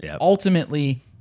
Ultimately